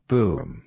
Boom